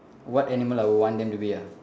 what animal I will want them to be ah